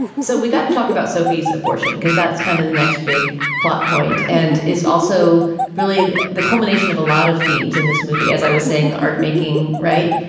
so we got to talk about sophie's abortion, because that's kind of the next big plot point. and it's also really the culmination of a lot of themes in this movie, as i was saying, the art making. right.